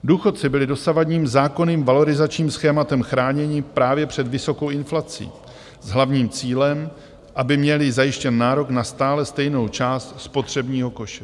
Důchodci byli dosavadním zákonným valorizačním schématem chráněni právě před vysokou inflací s hlavním cílem, aby měli zajištěn nárok na stále stejnou část spotřebního koše.